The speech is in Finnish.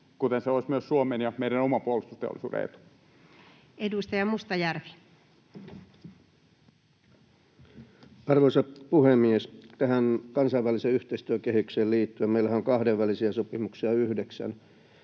mikä olisi myös Suomen ja meidän oman puolustusteollisuuden etu. Edustaja Mustajärvi. Arvoisa puhemies! Tähän kansainvälisen yhteistyön kehykseen liittyen: Meillähän on kahdenvälisiä sopimuksia yhdeksän,